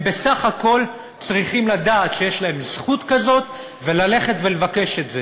הם בסך הכול צריכים לדעת שיש להם זכות כזאת וללכת ולבקש את זה.